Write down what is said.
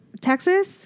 texas